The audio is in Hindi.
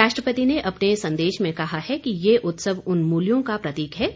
राष्ट्रपति ने अपने संदेश में कहा कि यह उत्सव उन मूल्यों का प्रतीक है